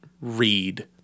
read